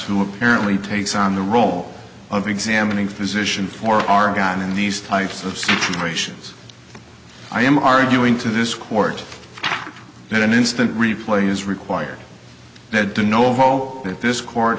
who apparently takes on the role of examining physician for argon in these types of situations i am arguing to this court that an instant replay is required to do novo that this court